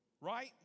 Right